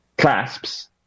Clasps